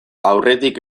aurretik